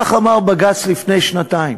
כך אמר בג"ץ לפני שנתיים,